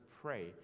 pray